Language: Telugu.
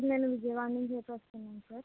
నేను విజయవాడ నుంచైతే వస్తున్నాను సార్